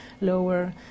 lower